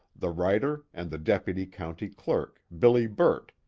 the writer and the deputy county clerk, billy burt,